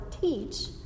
teach